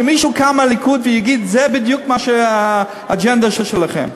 שמישהו יקום מהליכוד ויגיד שזו בדיוק האג'נדה שלכם: